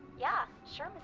yeah. sure,